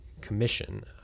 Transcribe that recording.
Commission